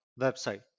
website